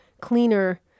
cleaner